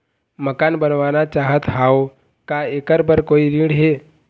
मकान बनवाना चाहत हाव, का ऐकर बर कोई ऋण हे?